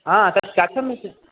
आ तत् कथमिति